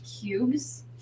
cubes